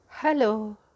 Hello